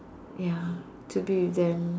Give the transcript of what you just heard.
ya to be with them